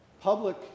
public